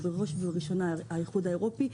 בראש ובראשונה האיחוד האירופי,